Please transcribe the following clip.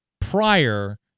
prior